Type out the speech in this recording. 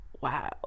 Wow